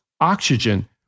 oxygen